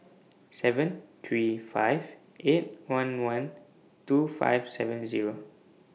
seven three five eight one one two five seven Zero